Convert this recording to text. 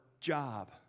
job